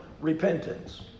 repentance